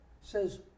says